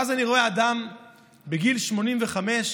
ואז אני רואה אדם בגיל 85,